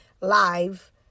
live